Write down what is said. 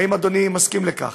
האם אדוני מסכים לכך?